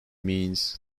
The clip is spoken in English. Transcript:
means